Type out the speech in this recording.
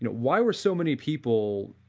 why were so many people,